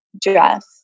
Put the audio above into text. dress